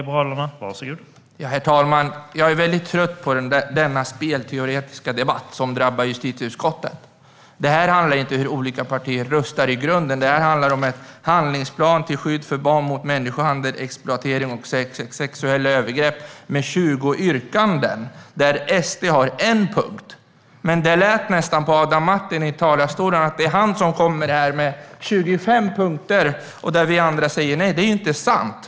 Herr talman! Jag är trött på denna spelteoretiska debatt som drabbar justitieutskottet. Det här handlar inte om hur olika partier röstar i grunden, utan det här handlar om en handlingsplan till skydd för barn mot människohandel, exploatering och sexuella övergrepp. Här finns 20 yrkanden där SD har en punkt, men det lät på Adam Marttinen i talarstolen som att det är han som har lagt fram 25 punkter där vi andra säger nej. Det är inte sant!